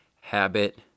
Habit